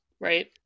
Right